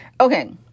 Okay